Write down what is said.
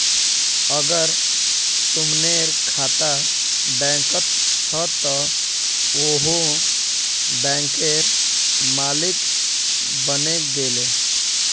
अगर सुमनेर खाता बैंकत छ त वोहों बैंकेर मालिक बने गेले